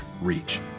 reach